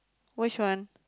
which one